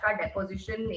deposition